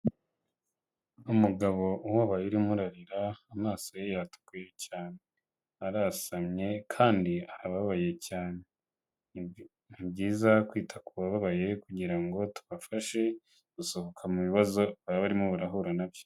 Umugabo ubabaye urimo urarira, amaso ye yatukuye cyane; arasamye kandi arababaye cyane, ni byiza kwita ku bababaye kugira ngo tubafashe gusohoka mu bibazo baba barimo barahura na byo.